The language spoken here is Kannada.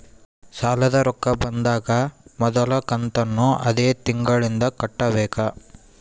ಸಾಲದ ರೊಕ್ಕ ಬಂದಾಗ ಮೊದಲ ಕಂತನ್ನು ಅದೇ ತಿಂಗಳಿಂದ ಕಟ್ಟಬೇಕಾ?